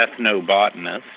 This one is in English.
ethnobotanist